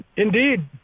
Indeed